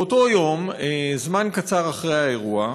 באותו יום, זמן קצר אחרי האירוע,